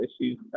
issues